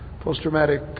post-traumatic